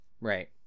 right